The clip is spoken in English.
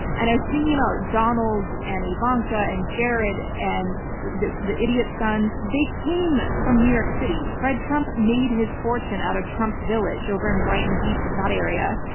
and i was thinking about donald and ivanka and jared and the the idiot sons. they came from new york city. fred trump made his fortune out of trump village over in brighton beach, in that area.